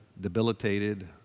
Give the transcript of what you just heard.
debilitated